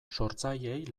sortzaileei